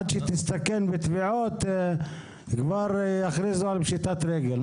עד שהיא תסתכן בתביעות כבר יכריזו על פשיטת רגל.